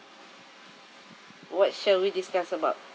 what shall we discuss about